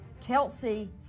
Kelsey